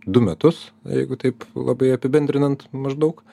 du metus jeigu taip labai apibendrinant maždaug